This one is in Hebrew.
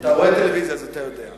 אתה רואה טלוויזיה, אז אתה יודע.